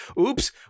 oops